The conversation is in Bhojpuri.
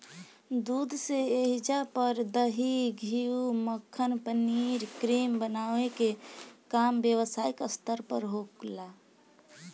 दूध से ऐइजा पर दही, घीव, मक्खन, पनीर, क्रीम बनावे के काम व्यवसायिक स्तर पर होला